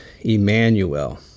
Emmanuel